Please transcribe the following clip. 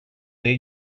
their